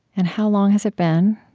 and how long has it been?